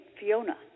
Fiona